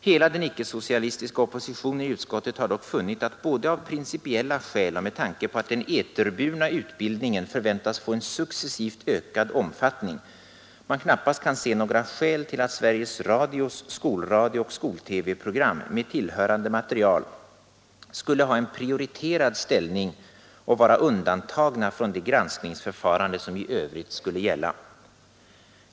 Hela den icke socialistiska oppositionen i utskottet har dock funnit, att man både av principiella skäl och med tanke på att den eterburna utbildningen förväntas få en successivt ökad omfattning knappast kan se några skäl till att Sveriges Radios skolradiooch skol-TV-program med tillhörande material skulle ha en prioriterad ställning och vara undantagna från det granskningsförfarande som i övrigt skulle gälla.